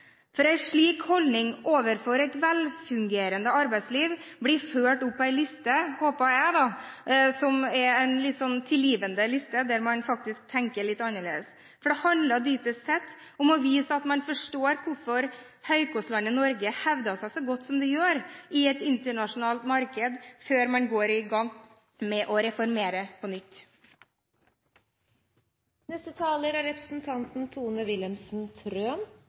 For en slik holdning overfor et velfungerende arbeidsliv blir ført opp på en liste – håper jeg – som er en litt tilgivende liste, der man faktisk tenker litt annerledes. For det handler dypest sett om å vise at man forstår hvorfor høykostlandet Norge hevder seg så godt som det gjør i et internasjonalt marked, før man går i gang med å reformere på nytt. Det er